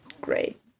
Great